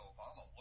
Obama